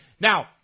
Now